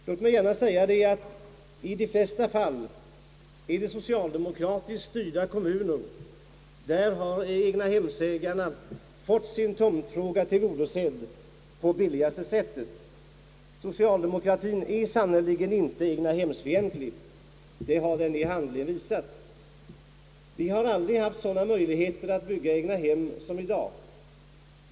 Låt mig gärna säga det: Det är i de allra flesia fall i socialdemokratiskt styrda kommuner som egnahemsägarna kunnat få sin tomtfråga tillgodosedd på det billigaste sättet. Socialdemokratien är sannerligen inte egnahemsfientlig. Det har den i handling visat. Vi har aldrig haft sådana möjligheter att bygga egnahem som i dag.